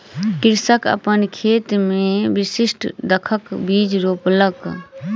कृषक अपन खेत मे विशिष्ठ दाखक बीज रोपलक